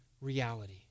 reality